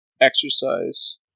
exercise